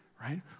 right